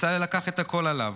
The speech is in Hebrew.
בצלאל לקח את הכול עליו,